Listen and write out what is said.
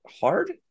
hard